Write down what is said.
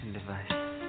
device